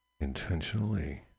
intentionally